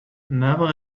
never